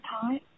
time